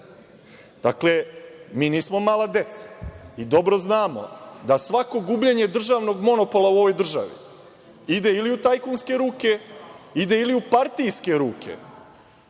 mi nismo mala deca i dobro znamo da svako gubljenje državnog monopola u ovoj državi ide ili u tajkunske ruke ili ide u partijske ruke